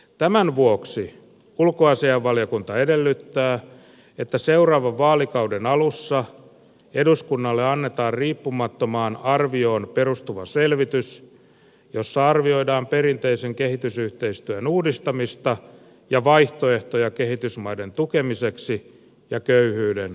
tämän vuoksi ulkoasiainvaliokunta edellyttää että seuraavan vaalikauden alussa eduskunnalle annetaan riippumattomaan arvioon perustuva selvitys jossa arvioidaan perinteisen kehitysyhteistyön uudistamista ja vaihtoehtoja kehitysmaiden tukemiseksi ja köyhyyden vähentämiseksi